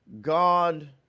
God